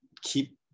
keep